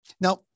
Now